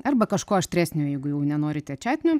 arba kažko aštresnio jeigu jau nenorite čiatnio